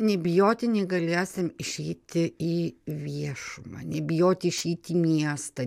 nebijoti neįgaliesiem išeiti į viešumą nebijoti išeiti į miestą